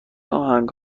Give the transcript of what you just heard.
آهنگ